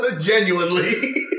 genuinely